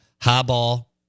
Highball